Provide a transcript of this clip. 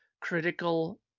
critical